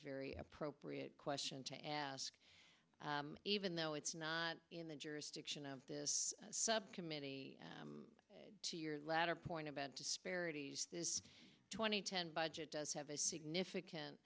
very appropriate question to ask even though it's not in the jurisdiction on this subcommittee to your latter point about disparities this twenty ten budget does have a significant